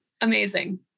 amazing